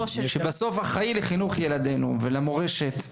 שבסוף הוא האחראי לחינוך של ילדנו ועל קידום המורשת.